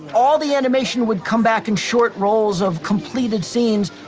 all the animation would come back in short rolls of completed scenes,